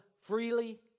freely